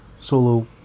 solo